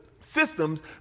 systems